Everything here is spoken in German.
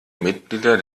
mitglieder